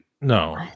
No